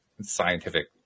scientific